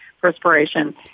perspiration